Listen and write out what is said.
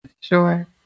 Sure